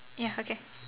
ya okay